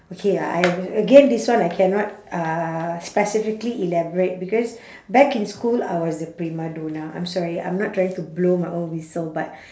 okay I again this one I cannot uh specifically elaborate because back in school I was the prima donna I'm sorry I'm not trying to blow my own whistle but